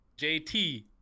JT